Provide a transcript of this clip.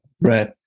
Right